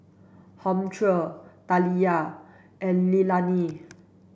Humphrey Taliyah and Leilani